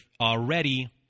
already